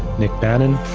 nic bannon,